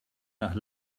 nach